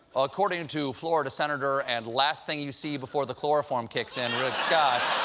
according to florida senator and last thing you see before the chloroform kicks in, rick scott.